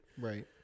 right